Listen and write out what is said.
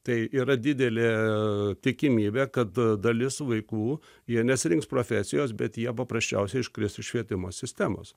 tai yra didelė tikimybė kad dalis vaikų jie nesirinks profesijos bet jie paprasčiausiai iškris iš švietimo sistemos